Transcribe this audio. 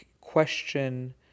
question